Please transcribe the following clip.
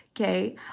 okay